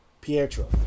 Pietro